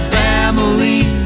family